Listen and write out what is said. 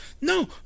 No